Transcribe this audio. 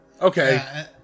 Okay